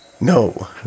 No